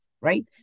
Right